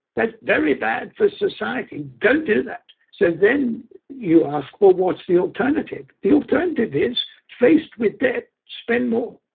that's very bad for society, don't do that. so then you ask, well, what's the alternative? the alternative is faced with debt, spend more.